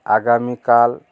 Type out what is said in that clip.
আগামীকাল